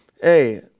hey